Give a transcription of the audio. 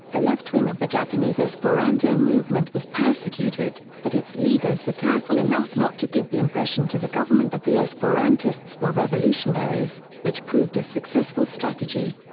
the left-wing of the japanese esperanto movement was persecuted, but its leaders were careful enough not to give the impression to the government that the esperantists were revolutionaries, which proved a successful strategy.